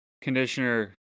conditioner